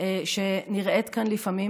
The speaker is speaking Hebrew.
שנראית כאן לפעמים,